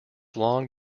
long